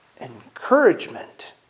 encouragement